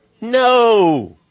No